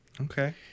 okay